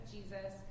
Jesus